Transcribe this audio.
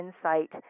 insight